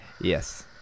Yes